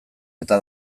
eta